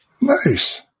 Nice